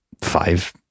five